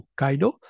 Hokkaido